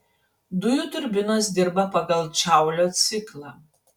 dujų turbinos dirba pagal džaulio ciklą